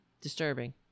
disturbing